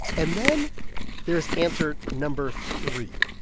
and then there's answer number three,